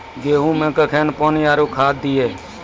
गेहूँ मे कखेन पानी आरु खाद दिये?